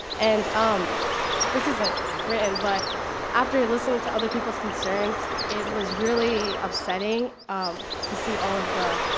and um this isn't written, but after listening to other people's concerns, it was really upsetting to see all of the,